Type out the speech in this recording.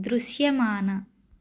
దృశ్యమాన